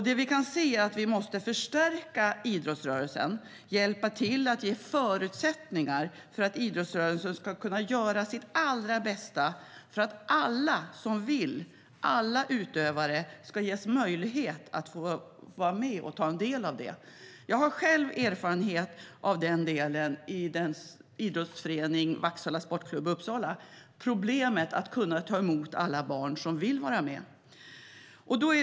Det vi kan se är att vi måste förstärka idrottsrörelsen, hjälpa till att ge alla utövare förutsättningar för att idrottsrörelsen ska kunna göra sitt allra bästa för att alla utövare ska få vara med och ta del av den. Jag har själv erfarenhet av problemet i en idrottsförening, Vaksala sportklubb i Uppsala, med att kunna ta emot alla barn som vill vara med.